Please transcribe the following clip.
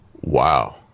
Wow